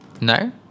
No